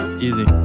easy